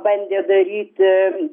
bandė daryti